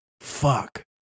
Fuck